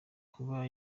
kuba